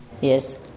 Yes